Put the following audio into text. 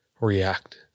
react